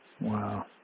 Wow